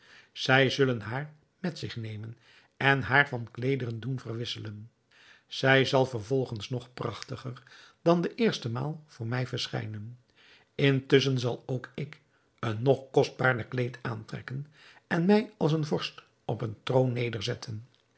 zij zullen haar met zich nemen en haar van kleederen doen verwisselen zij zal vervolgens nog prachtiger dan de eerste maal voor mij verschijnen intusschen zal ook ik een nog kostbaarder kleed aantrekken en mij als een vorst op een troon nederzetten